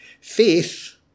Faith